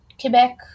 quebec